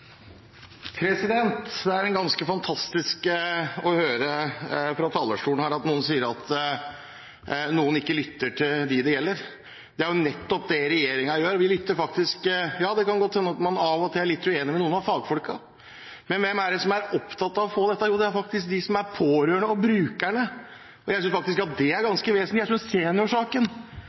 brukernes rettigheter. Det er ganske fantastisk å høre fra talerstolen her at noen sier at noen ikke lytter til dem det gjelder. Det er nettopp det regjeringen gjør, vi lytter faktisk. Ja, det kan godt hende at man av og til er uenig med noen av fagfolkene, men hvem er det som er opptatt av å få dette? Jo, det er faktisk de pårørende og brukerne. Jeg synes faktisk at det er ganske vesentlig. Jeg